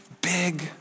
big